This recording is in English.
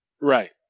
Right